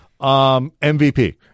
MVP